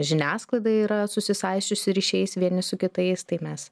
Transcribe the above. žiniasklaida yra susisaisčiusi ryšiais vieni su kitais tai mes